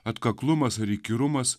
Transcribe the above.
atkaklumas ar įkyrumas